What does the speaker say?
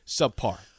subpar